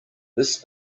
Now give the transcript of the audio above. this